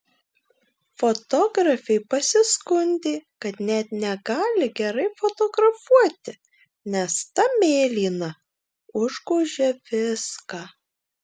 fotografė pasiskundė kad net negali gerai fotografuoti nes ta mėlyna užgožia viską